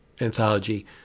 anthology